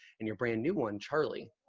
and your brand-new one charlie.